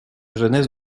jeunesse